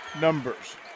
numbers